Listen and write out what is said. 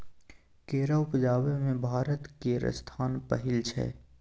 केरा उपजाबै मे भारत केर स्थान पहिल छै